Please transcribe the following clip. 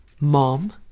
Mom